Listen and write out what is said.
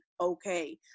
okay